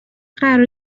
قرار